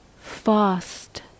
fast